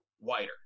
wider